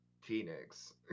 Phoenix